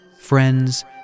friends